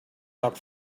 out